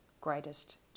greatest